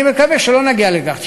אני מקווה שלא נגיע לכך.